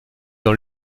dans